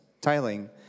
tiling